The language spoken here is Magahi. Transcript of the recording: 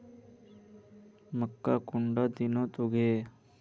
मक्का कुंडा दिनोत उगैहे?